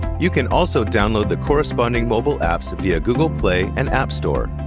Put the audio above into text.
you can also download the corresponding mobile apps via google play and app store.